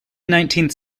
nineteenth